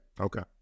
Okay